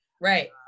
right